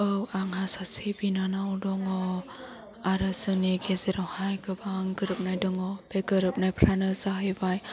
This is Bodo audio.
औ आंहा सासे बिनानाव दङ आरो जोंनि गेजेरावहाय गोबां गोरोबनाय दङ बे गोरोबनायफ्रानो जाहैबाय